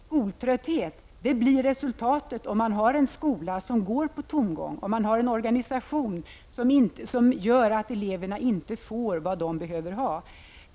Skoltrötthet blir resultatet om man har en skola som går på tomgång, om man har en organisation som gör att eleverna inte får vad de behöver ha.